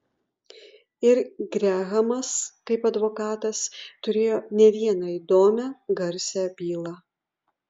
ir grehamas kaip advokatas turėjo ne vieną įdomią garsią bylą